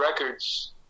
records